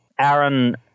Aaron